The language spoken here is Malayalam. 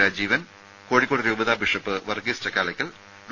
രാജീവൻ കോഴിക്കോട് രൂപതാ ബിഷപ്പ് വർഗീസ് ചക്കാലക്കൽ ഡോ